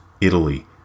Italy